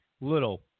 little